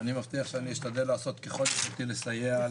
אני מבטיח שאני אשתדל לעשות ככל יכולתי לסייע.